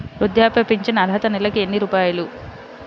వృద్ధాప్య ఫింఛను అర్హత నెలకి ఎన్ని రూపాయలు?